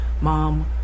Mom